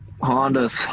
hondas